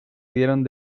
dieron